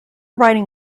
writing